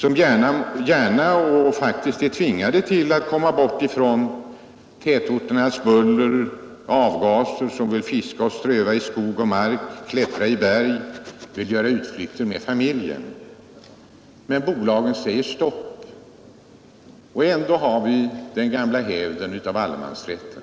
De vill gärna och är faktiskt tvingade att försöka komma bort från tätorternas by der och avgaser för att fiska, ströva i skog och mark, klättra i berg och öra utflykter med familjen. Men bolagen säger stopp trots gammal hävd och allemansrätt.